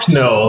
no